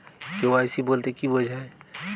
KYC বলতে কি বোঝায়?